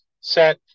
set